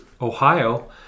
Ohio